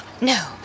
no